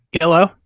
Hello